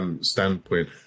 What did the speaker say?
standpoint